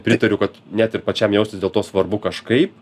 pritariu kad net ir pačiam jaustis dėl to svarbu kažkaip